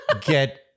get